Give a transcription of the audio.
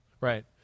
right